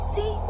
See